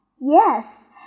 Yes